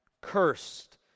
cursed